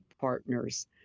partners